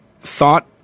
thought